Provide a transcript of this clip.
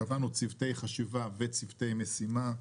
קבענו צוותי חשיבה וצוותי משימה,